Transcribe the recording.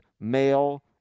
male